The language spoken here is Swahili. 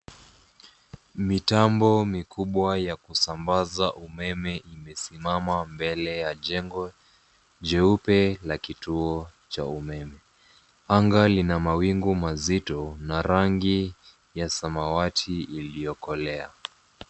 Mitambo mikubwa ya kusambaza umeme imesimama mbele ya jengo jeupe la kituo cha umeme. Anga lina mawingu mazito na rangi ya samawati iliyokolea.